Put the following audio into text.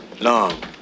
Long